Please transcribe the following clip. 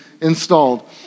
installed